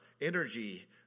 energy